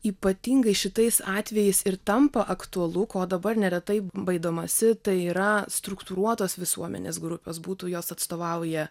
ypatingai šitais atvejais ir tampa aktualu ko dabar neretai baidomasi tai yra struktūruotos visuomenės grupės būtų jos atstovauja